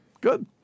Good